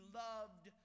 loved